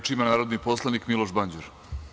Reč ima narodni poslanik Miloš Banđur.